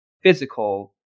physical